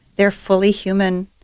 they are fully human.